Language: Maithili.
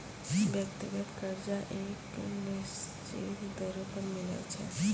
व्यक्तिगत कर्जा एक निसचीत दरों पर मिलै छै